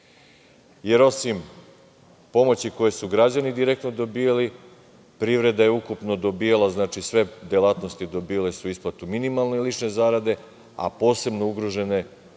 Jer, osim pomoći koju su građani direktno dobijali, privreda je ukupno dobijala, sve delatnosti dobijale su isplatu minimalne lične zarade, a posebno ugrožene